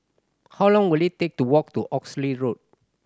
how long will it take to walk to Oxley Road